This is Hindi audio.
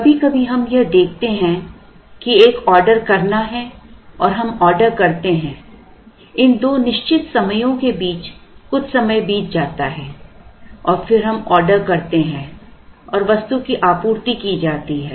कभी कभी हम यह देखते हैं कि एक ऑर्डर करना है और हम आर्डर करते हैं इन दो निश्चित समयों के बीच कुछ समय बीत जाता है और फिर हम ऑर्डर करते हैं और वस्तु की आपूर्ति की जाती है